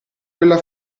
quella